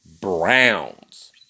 Browns